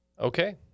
Okay